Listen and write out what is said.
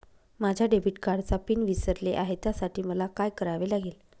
माझ्या डेबिट कार्डचा पिन विसरले आहे त्यासाठी मला काय करावे लागेल?